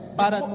para